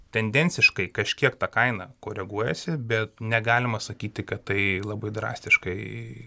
tendenciškai kažkiek ta kaina koreguojasi bet negalima sakyti kad tai labai drastiškai